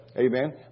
Amen